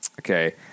okay